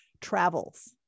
travels